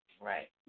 Right